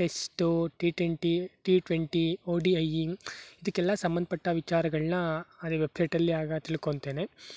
test T twenty T twenty O D I ಇದಕ್ಕೆಲ್ಲ ಸಂಬಂಧಪಟ್ಟ ವಿಚಾರಗಳನ್ನ ಅಲ್ಲಿ ವೆಬ್ಸೈಟಲ್ಲಿ ಆಗ ತಿಳ್ಕೊತೇನೆ